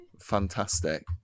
fantastic